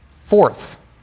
Fourth